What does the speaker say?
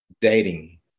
dating